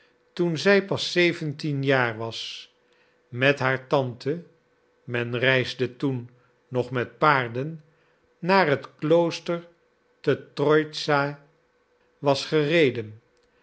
toen zij pas zeventien jaar was met haar tante men reisde toen nog met paarden naar het klooster te troïtza was gereden